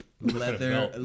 leather